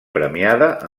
premiada